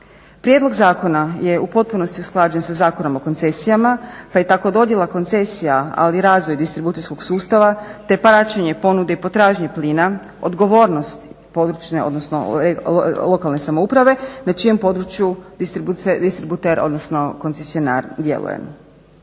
Prijedlog zakona je u potpunosti usklađen sa Zakonom o koncesijama pa je tako dodjela koncesija, ali i razvoj distribucijskog sustava te praćenje ponude i potražnje plina, odgovornost područne, odnosno lokalne samouprave na čijem području distributer odnosno koncesionar djeluje.